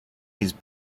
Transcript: his